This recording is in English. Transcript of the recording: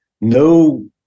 No